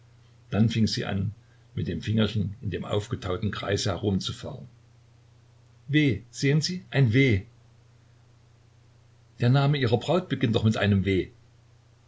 dann fing sie an mit dem fingerchen in dem aufgetauten kreise herumzufahren w sehen sie ein w der name ihrer braut beginnt doch mit einem w